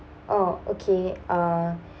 oh okay uh